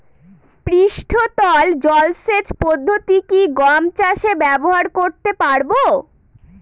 পৃষ্ঠতল জলসেচ পদ্ধতি কি গম চাষে ব্যবহার করতে পারব?